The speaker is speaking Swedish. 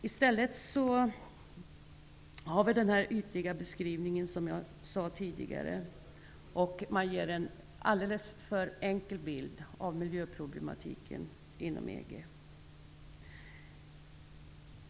I stället ger man, som jag sade tidigare, en ytlig beskrivning och en alldeles för enkel bild av miljöproblematiken inom EG.